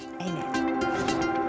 Amen